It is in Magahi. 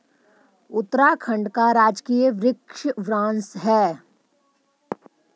उत्तराखंड का राजकीय वृक्ष बुरांश हई